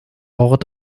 ort